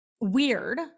weird